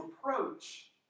approach